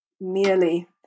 merely